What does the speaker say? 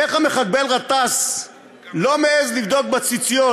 איך המחבל גטאס לא מעז לבדוק בציציות,